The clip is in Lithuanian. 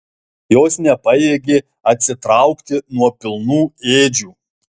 jos nepajėgė atsitraukti nuo pilnų ėdžių